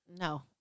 No